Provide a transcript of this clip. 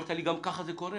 אמרת לי גם ככה שזה קורה,